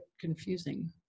confusing